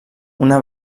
una